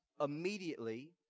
immediately